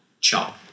Ciao